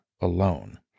alone